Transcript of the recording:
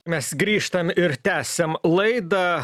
mes grįžtam ir tęsiam laidą